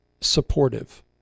supportive